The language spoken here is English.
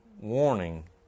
warning